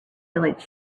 village